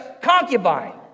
concubine